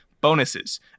bonuses